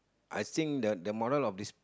I think the the moral of this